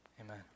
Amen